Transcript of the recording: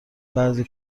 بعضی